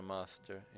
Master